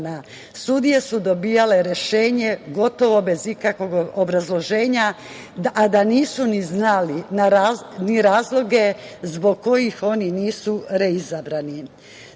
Sudije su dobijale rešenje gotovo bez ikakvog obrazloženja, a da nisu ni znali ni razloge zbog kojih oni nisu reizabrani. Sem